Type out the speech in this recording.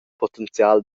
potenzial